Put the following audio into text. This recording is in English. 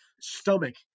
stomach